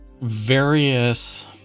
various